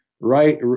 right